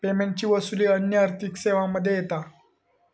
पेमेंटची वसूली अन्य आर्थिक सेवांमध्ये येता